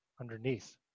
underneath